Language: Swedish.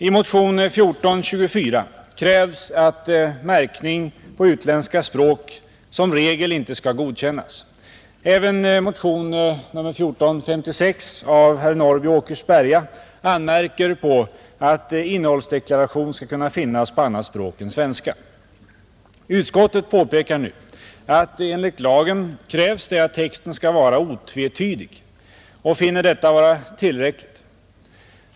I motionen 1424 krävs att märkning på utländska språk som regel inte skall godkännas. Även motionen 1456 av herr Norrby i Åkersberga anmärker på att innehållsdeklaration skall kunna finnas på annat språk än svenska. Utskottet påpekar nu att enligt lagen krävs det att texten skall vara ”otvetydig” och finner detta vara tillräckligt.